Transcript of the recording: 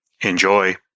Enjoy